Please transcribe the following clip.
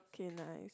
okay nice